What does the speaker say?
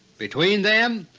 between them,